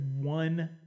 one